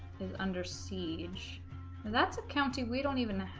it's under siege and that's a county we don't even